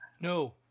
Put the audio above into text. No